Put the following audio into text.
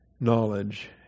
knowledge